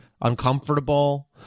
uncomfortable